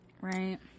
Right